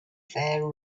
there